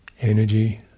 energy